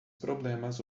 problemas